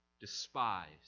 despised